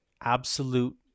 absolute